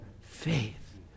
faith